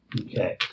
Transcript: Okay